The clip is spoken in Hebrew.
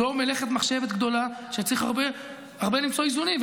זאת מלאכת מחשבת גדולה שצריך למצוא בה הרבה איזונים.